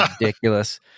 ridiculous